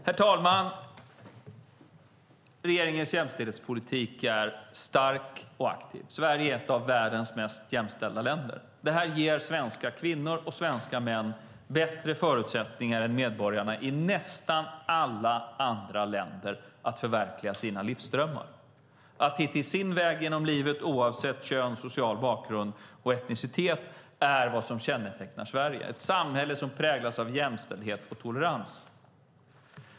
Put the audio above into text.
Herr talman! Regeringens jämställdhetspolitik är stark och aktiv. Sverige är ett av världens mest jämställda länder. Det ger svenska kvinnor och svenska män bättre förutsättningar än medborgarna i nästan alla andra länder att förverkliga sina livsdrömmar. Att hitta sin väg genom livet, oavsett kön, social bakgrund och etnicitet, är vad som kännetecknar Sverige, ett samhälle som präglas av jämställdhet och tolerans.